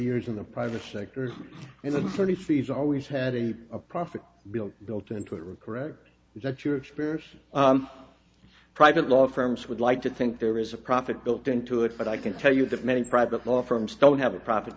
years in the private sectors and attorney fees always had a profit built built into it rick correct is that your experience private law firms would like to think there is a profit built into it but i can tell you that many private law firms don't have a profit